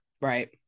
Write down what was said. right